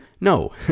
No